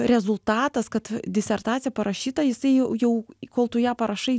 rezultatas kad disertacija parašyta jisai jau jau kol tu ją parašai